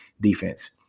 defense